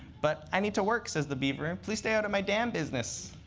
but i need to work, says the beaver. and please stay out of my dam business.